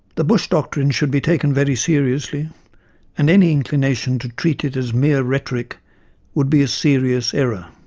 the bush doctrine should be taken very seriously and any inclination to treat it as mere rhetoric would be a serious error.